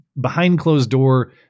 behind-closed-door